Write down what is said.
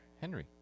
Henry